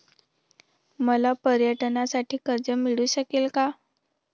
मला पर्यटनासाठी कर्ज मिळू शकेल का?